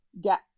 get